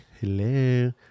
Hello